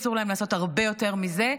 אסור להם לעשות הרבה יותר מזה,